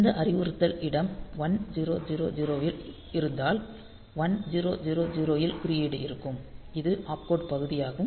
இந்த அறிவுறுத்தல் இடம் 1000 இல் இருந்தால் 1000 ல் குறியீடு இருக்கும் இது ஆப்கோட் பகுதியாகும்